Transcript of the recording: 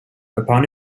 upon